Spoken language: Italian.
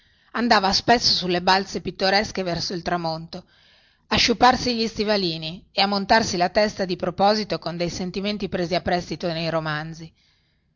andava spesso sulle balze pittoresche verso il tramonto a sciuparsi gli stivalini e a montarsi la testa di proposito con dei sentimenti presi a prestito nei romanzi